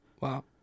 Wow